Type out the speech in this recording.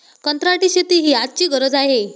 कंत्राटी शेती ही आजची गरज आहे